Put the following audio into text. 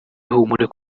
ihumure